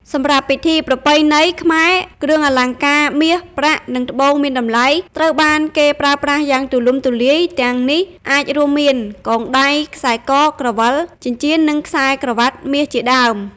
សម្រាប់ពិធីប្រពៃណីខ្មែរ គ្រឿងអលង្ការ មាស ប្រាក់ និង ត្បូងមានតម្លៃ ត្រូវបានគេប្រើប្រាស់យ៉ាងទូលំទូលាយ ទាំងនេះអាចរួមមាន កងដៃ ខ្សែក ក្រវិល ចិញ្ចៀន និងខ្សែក្រវាត់មាសជាដើម ។